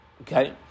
okay